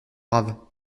braves